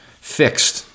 Fixed